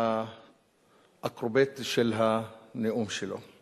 האקרובטי של הנאום שלו.